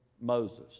Moses